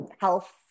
health